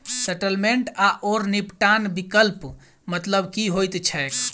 Settlement आओर निपटान विकल्पक मतलब की होइत छैक?